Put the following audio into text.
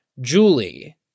Julie